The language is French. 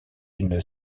une